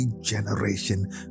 generation